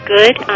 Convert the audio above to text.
Good